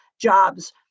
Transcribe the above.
jobs